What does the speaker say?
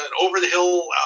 over-the-hill